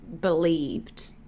believed